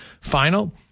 final